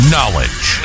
Knowledge